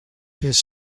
his